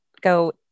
go